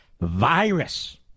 virus